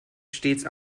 stets